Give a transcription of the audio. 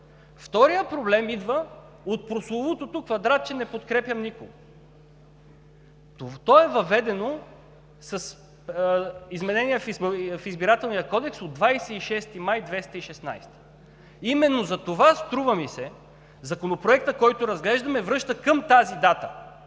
Вторият проблем идва от прословутото квадратче „Не подкрепям никого“. То е въведено с изменение в Изборния кодекс от 26 май 2016 г. Именно затова, струва ми се, Законопроектът, който разглеждаме, връща към тази дата